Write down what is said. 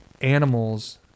animals